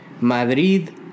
Madrid